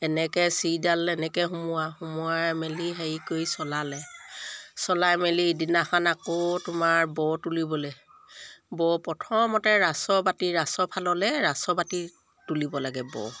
এনেকৈ চিৰিডাল এনেকৈ সোমোৱা সোমোৱাই মেলি হেৰি কৰি চলালে চলাই মেলি ইদিনাখন আকৌ তোমাৰ বৰ তুলিবলৈ বৰ প্ৰথমতে ৰাছ বাতি ৰাছফাললৈ ৰাছ বাতি তুলিব লাগে বৰ